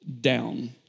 down